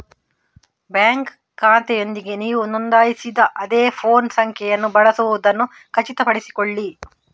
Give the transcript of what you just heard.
bank ಖಾತೆಯೊಂದಿಗೆ ನೀವು ನೋಂದಾಯಿಸಿದ ಅದೇ ಫೋನ್ ಸಂಖ್ಯೆಯನ್ನು ಬಳಸುವುದನ್ನು ಖಚಿತಪಡಿಸಿಕೊಳ್ಳಿ